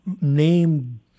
name